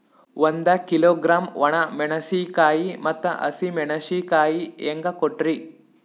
ಒಂದ ಕಿಲೋಗ್ರಾಂ, ಒಣ ಮೇಣಶೀಕಾಯಿ ಮತ್ತ ಹಸಿ ಮೇಣಶೀಕಾಯಿ ಹೆಂಗ ಕೊಟ್ರಿ?